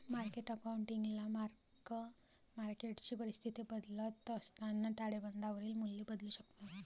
market अकाउंटिंगला mark मार्केटची परिस्थिती बदलत असताना ताळेबंदावरील मूल्ये बदलू शकतात